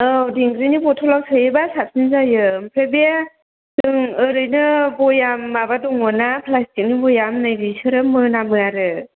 औ दिंग्रिनि बथलाव सोयोबा साबसिन जायो ओमफ्राय बे जों ओरैनो भयाम माबा दङ ना प्लासटिकनि भयाम नै बेसोरो मोनामो आरो